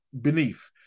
beneath